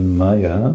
maya